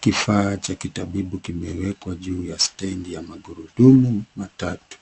Kifaa cha kitabibu kimewekwa juu ya stendi ya magurudumu matatu